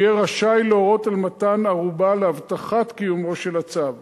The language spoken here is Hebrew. הוא יהיה רשאי להורות על מתן ערובה להבטחת קיומו של הצו.